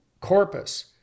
corpus